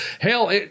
Hell